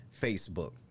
Facebook